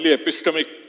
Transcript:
epistemic